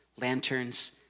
lanterns